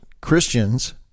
Christians